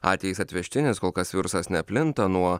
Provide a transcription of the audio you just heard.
atvejis atvežtinis kol kas virusas neplinta nuo